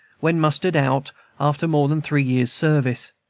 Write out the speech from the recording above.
when mustered out after more than three years' service.